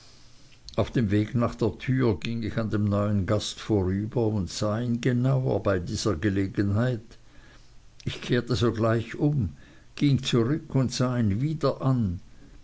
auf dem weg nach der tür ging ich an dem neuen gast vorüber und sah ihn genauer bei dieser gelegenheit ich kehrte sogleich um ging zurück und sah ihn wieder an